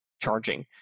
charging